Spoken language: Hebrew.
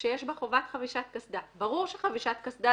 ואם תחייבו בחבישת קסדה את רוכבי האופניים החשמליים,